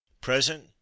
Present